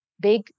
big